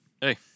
Hey